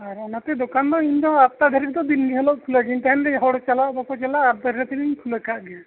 ᱟᱨ ᱚᱱᱟᱛᱮ ᱫᱳᱠᱟᱱ ᱰᱚ ᱤᱧ ᱫᱚ ᱟᱴᱴᱟ ᱫᱷᱟᱹᱨᱤᱡ ᱫᱚ ᱫᱤᱱ ᱦᱤᱞᱳᱜ ᱜᱮ ᱠᱷᱩᱞᱟᱹᱣ ᱜᱮ ᱛᱟᱦᱮᱱ ᱛᱤᱧᱟ ᱦᱚᱲ ᱪᱟᱞᱟᱜ ᱵᱟᱠᱚ ᱪᱟᱞᱟᱜ ᱟᱴᱴᱟ ᱦᱟᱹᱨᱤᱡ ᱫᱚᱞᱤᱧ ᱠᱷᱩᱞᱟᱹᱣ ᱠᱟᱜ ᱜᱮᱭᱟ